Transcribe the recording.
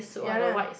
ya lah